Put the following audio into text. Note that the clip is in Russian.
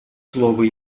слово